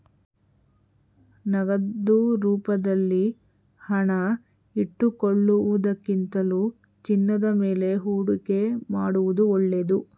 ನಗದು ರೂಪದಲ್ಲಿ ಹಣ ಇಟ್ಟುಕೊಳ್ಳುವುದಕ್ಕಿಂತಲೂ ಚಿನ್ನದ ಮೇಲೆ ಹೂಡಿಕೆ ಮಾಡುವುದು ಒಳ್ಳೆದು